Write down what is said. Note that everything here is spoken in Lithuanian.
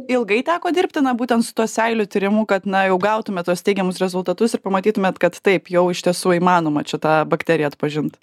ilgai teko dirbti na būtent su tuo seilių tyrimu kad na jau gautumėt tuos teigiamus rezultatus ir pamatytumėt kad taip jau iš tiesų įmanoma čia tą bakteriją atpažint